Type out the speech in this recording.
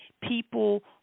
people